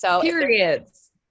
Periods